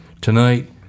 tonight